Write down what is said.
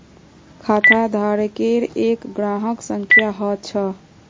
खाताधारकेर एक ग्राहक संख्या ह छ